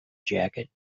jacket